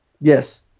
Yes